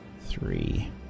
three